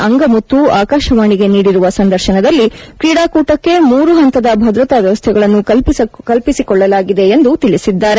ಅಂಗಮುತ್ತು ಆಕಾಶವಾಣಿಗೆ ನೀಡಿರುವ ಸಂದರ್ಶನದಲ್ಲಿ ಕ್ರೀಡಾಕೂಟಕ್ಕಾಗಿ ಮೂರು ಪಂತದ ಭದ್ರತಾ ವ್ಯವಸ್ಠೆಗಳನ್ನು ಕೈಗೊಳ್ಳಲಾಗಿದೆ ಎಂದು ತಿಳಿಸಿದ್ದಾರೆ